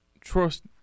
trust